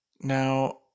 Now